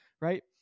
right